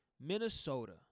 Minnesota